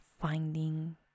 finding